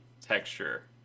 texture